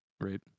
right